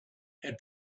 had